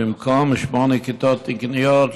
במקום שמונה כיתות תקניות,